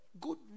good